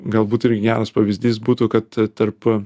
galbūt irgi geras pavyzdys būtų kad tarp